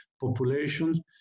population